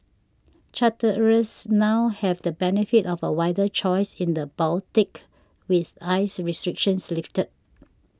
charterers now have the benefit of a wider choice in the Baltic with ice restrictions lifted